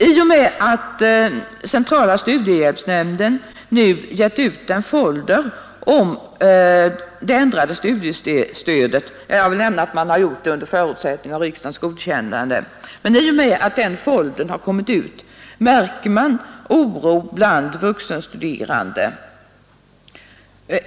I och med att centrala studiehjälpsnämnden nu gett ut en folder om det ändrade studiestödet — man har gjort det under förutsättning av riksdagens godkännande — märker man oro bland vuxenstuderande.